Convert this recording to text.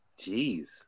Jeez